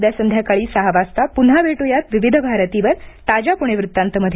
उद्या संध्याकाळी सहा वाजता पुन्हा भेटूया विविध भारतीवर ताज्या पुणे वृत्तांतमध्ये